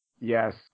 Yes